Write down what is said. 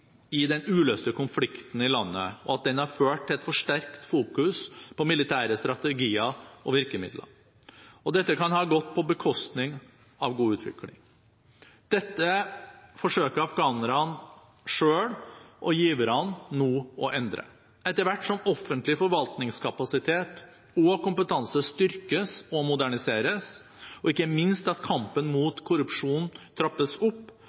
at den uløste konflikten i landet har ført til et for sterkt fokus på militære strategier og virkemidler, og at dette kan ha gått på bekostning av god utvikling. Dette forsøker både afghanerne selv og giverne nå å endre. Etter hvert som offentlig forvaltningskapasitet og kompetanse styrkes og moderniseres, og ikke minst at kampen mot korrupsjon trappes opp,